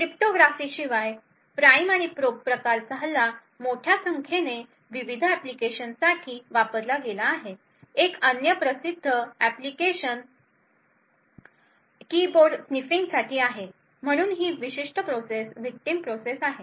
क्रिप्टोग्राफीशिवाय prime आणि probe प्रकारचा हल्ला मोठ्या संख्येने विविध एप्लिकेशन साठी वापरला गेला आहे एक अन्य प्रसिद्ध एप्लीकेशन कीबोर्ड स्निफिंगसाठी आहे म्हणून ही विशिष्ट प्रोसेस विक्टिम प्रोसेस आहे